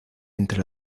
entre